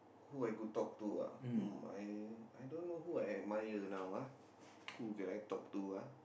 who I could talk to ah hmm I I don't know who I admire now ah who could I talk to ah